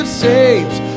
saves